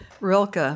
Rilke